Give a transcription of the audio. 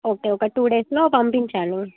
okay ఒక టూడేస్లో పంపించండి